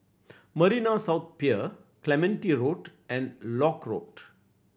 Marina South Pier Clementi Road and Lock Road